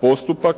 postupak.